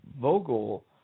Vogel